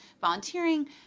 volunteering